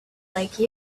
like